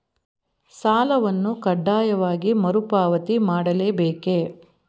ಸಾಲವನ್ನು ಕಡ್ಡಾಯವಾಗಿ ಮರುಪಾವತಿ ಮಾಡಲೇ ಬೇಕೇ?